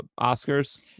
Oscars